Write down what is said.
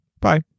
Bye